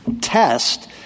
test